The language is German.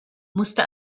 musste